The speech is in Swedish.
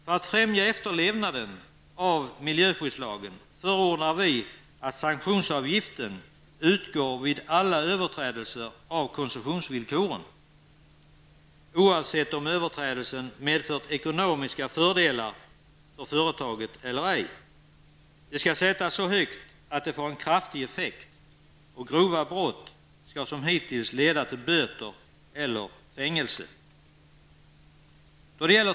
För att främja efterlevnaden av miljöskyddslagen förordar vi att sanktionsavgifter utgår vid alla överträdelser av koncessionsvillkoren, oavsett om överträdelsen medfört ekonomiska fördelar för företaget eller ej. De skall sättas så högt att de får en kraftig effekt. Och grova brott skall som hittills leda till böter eller fängelse.